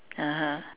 (uh huh)